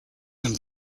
and